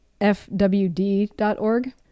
FWD.org